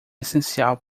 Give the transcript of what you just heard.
essencial